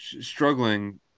struggling